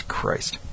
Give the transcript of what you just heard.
Christ